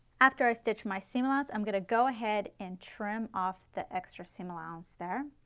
after i stitch my seam allowance, i am going to go ahead and trim off the extra seam allowance there.